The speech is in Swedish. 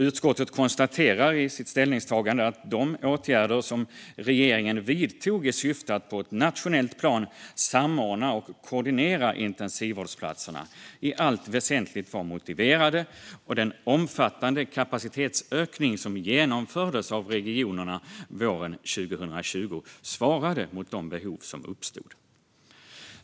Utskottet konstaterar i sitt ställningstagande att de åtgärder som regeringen vidtog i syfte att på ett nationellt plan samordna och koordinera intensivvårdsplatserna i allt väsentligt var motiverade och att den omfattande kapacitetsökning som genomfördes av regionerna våren 2020 svarade mot de behov som uppstod.